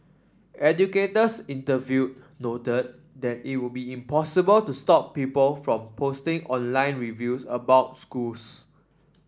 educators interviewed noted that it would be impossible to stop people from posting online reviews about schools